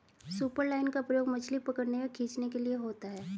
superline का प्रयोग मछली पकड़ने व खींचने के लिए होता है